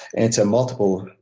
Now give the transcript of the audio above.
it's a multiple